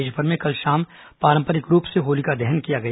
देशभर में कल शाम पारंपरिक रूप से होलिका दहन किया गया